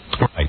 Right